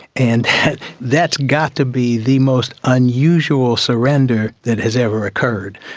and that's got to be the most unusual surrender that has ever occurred.